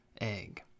egg